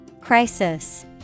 Crisis